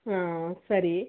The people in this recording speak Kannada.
ಹಾಂ ಸರಿ